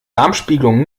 darmspiegelung